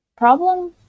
problem